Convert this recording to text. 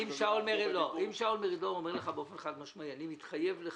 אם שאול מרידור אומר לך באופן חד משמעי "אני מתחייב לך",